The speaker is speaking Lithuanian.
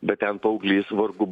bet ten paauglys vargu